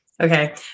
Okay